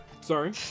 Sorry